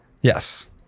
Yes